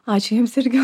ačiū jums irgi